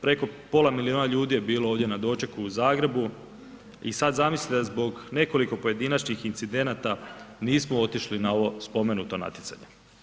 Preko pola milijuna ljudi je bilo ovdje na dočeku u Zagrebu i sada zamislite zbog nekoliko pojedinačnih incidenata nismo otišli na ovo spomenuto natjecanje.